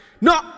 No